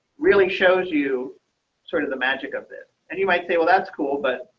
really shows you sort of the magic of this. and you might say, well, that's cool. but,